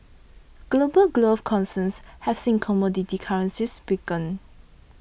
global growth concerns have seen commodity currencies weaken